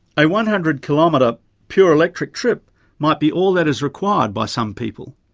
a one hundred km um but pure electric trip might be all that is required by some people.